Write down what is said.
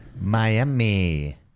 Miami